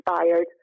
inspired